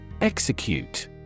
Execute